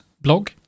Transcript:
blog